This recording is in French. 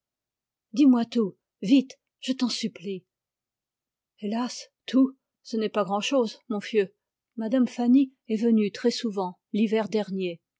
dis-moi tout vite je t'en supplie hélas tout ce n'est pas grand-chose mon fieu m me fanny est venue très souvent l'hiver dernier